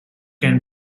can